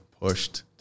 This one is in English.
pushed